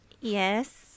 Yes